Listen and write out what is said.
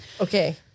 Okay